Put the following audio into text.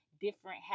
different